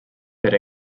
per